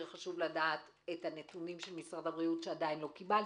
עוד יותר חשוב לדעת את הנתונים של משרד הבריאות שעדיין לא קיבלתי,